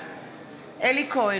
בעד אלי כהן,